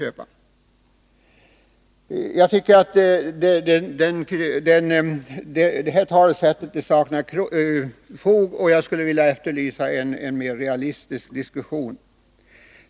Jag tycker att socialdemokraternas tal saknar fog, och jag vill efterlysa en mer realistisk diskussion.